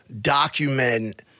document